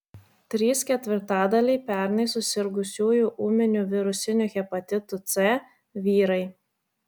trys ketvirtadaliai pernai susirgusiųjų ūminiu virusiniu hepatitu c vyrai